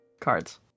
cards